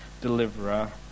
deliverer